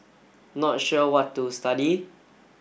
not sure what to study